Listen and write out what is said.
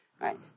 Right